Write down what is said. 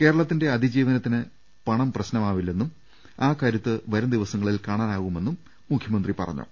കേരളത്തിന്റെ അതിജീവനത്തിന് പണം പ്രശ്നമാവില്ലെന്നും ആ കരുത്ത് വരും ദിവസങ്ങളിൽ കാണാനാവുമെന്നും മുഖ്യമന്ത്രി പറഞ്ഞു